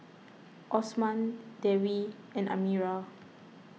Osman Dewi and Amirah